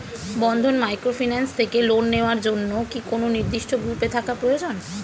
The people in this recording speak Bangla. বন্ধন মাইক্রোফিন্যান্স থেকে লোন নেওয়ার জন্য কি কোন নির্দিষ্ট গ্রুপে থাকা প্রয়োজন?